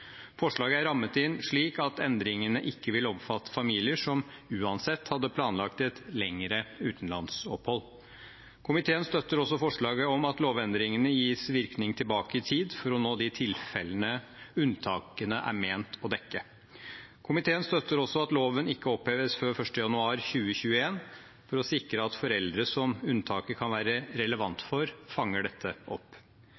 Forslaget er rammet inn slik at endringene ikke vil omfatte familier som uansett hadde planlagt et lengre utenlandsopphold. Komiteen støtter også forslaget om at lovendringene gis virkning tilbake i tid for å nå de tilfellene unntakene er ment å dekke. Komiteen støtter også at loven ikke oppheves før 1. januar 2021 for å sikre at foreldre som unntaket kan være